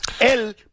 El